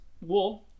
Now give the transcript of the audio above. wool